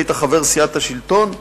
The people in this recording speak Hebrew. כשהיית חבר סיעת השלטון,